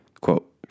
Quote